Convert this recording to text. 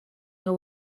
your